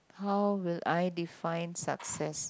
how will I define success